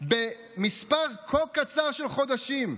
במספר כה קצר של חודשים.